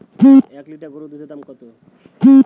এক লিটার গোরুর দুধের দাম কত?